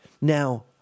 Now